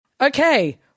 Okay